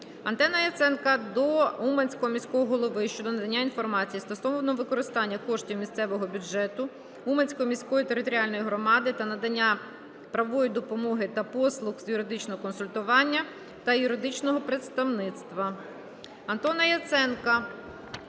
Антона Яценка до Уманського міського голови щодо надання інформації стосовно використання коштів місцевого бюджету Уманської міської територіальної громади на надання правової допомоги та послуг з юридичного консультування та юридичного представництва.